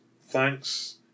thanks